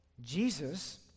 Jesus